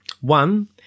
One